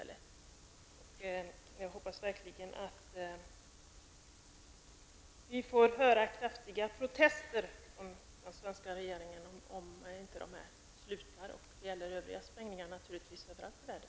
Jag hoppas verkligen att vi får höra kraftiga protester från den svenska regeringen om inte kärnvapenproven upphör. Detta gäller även andra sprängningar överallt i världen.